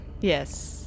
Yes